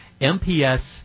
MPS